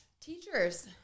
teachers